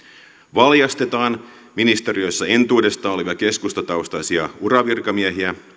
valjastetaan ministeriössä entuudestaan olevia keskustataustaisia uravirkamiehiä